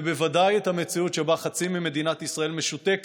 ובוודאי את המציאות שבה חצי ממדינת ישראל משותק